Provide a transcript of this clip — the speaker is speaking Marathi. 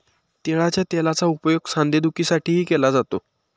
तिळाच्या तेलाचा उपयोग सांधेदुखीसाठीही केला जातो